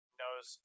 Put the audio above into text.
knows